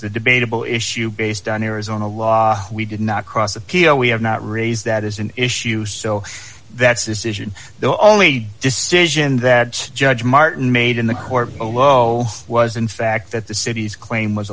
a debatable issue based on arizona law we did not cross appeal we have not raised that is an issue so that's decision the only decision that judge martin made in the court was in fact that the city's claim was